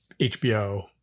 HBO